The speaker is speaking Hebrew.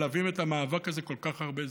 שמלווים את המאבק הזה כל כך הרבה זמן,